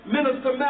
Minister